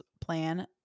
plan